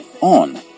on